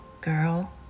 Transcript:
girl